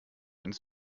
ins